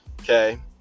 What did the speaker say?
okay